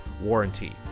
warranty